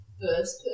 first